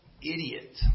idiot